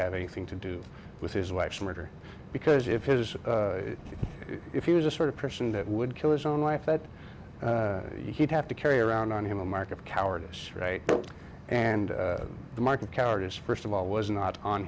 have anything to do with his wife's murder because if it is if he was a sort of person that would kill his own wife that he'd have to carry around on him a mark of cowardice right and the mark of cowardice first of all was not on